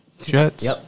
Jets